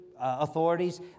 authorities